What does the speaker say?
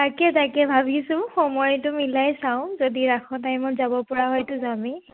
তাকে তাকে ভাবিছোঁ সময়টো মিলাই চাওঁ যদি ৰাসৰ টাইমত যাব পৰা হয়তো যামেই